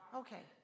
okay